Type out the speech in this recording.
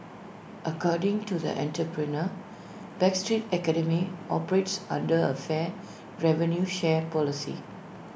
according to the entrepreneur backstreet academy operates under A fair revenue share policy